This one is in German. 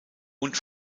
und